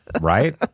Right